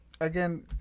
again